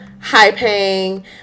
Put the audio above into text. high-paying